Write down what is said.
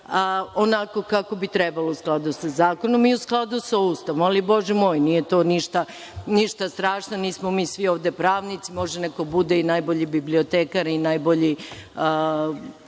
onako kako bi trebalo, u skladu sa zakonom i u skladu sa Ustavom. Ali, bože moj, nije to ništa strašno, nismo mi svi ovde pravnici, može neko ovde da bude i najbolji bibliotekar i najbolji